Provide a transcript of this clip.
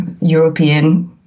European